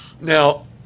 Now